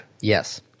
Yes